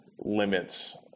limits